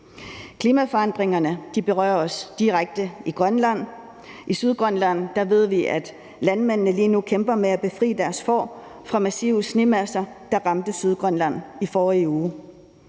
Klimaforandringerne berører os direkte i Grønland. I Sydgrønland ved vi at landmændene lige nu kæmper med at befri deres får fra massive snemasser, der ramte området i forrige uge.